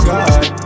God